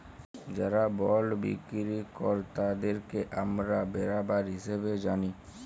যারা বল্ড বিক্কিরি কেরতাদেরকে আমরা বেরাবার হিসাবে জালি